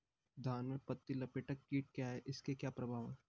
धान में पत्ती लपेटक कीट क्या है इसके क्या प्रभाव हैं?